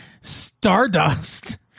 Stardust